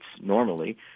normally